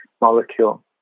molecule